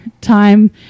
time